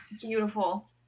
Beautiful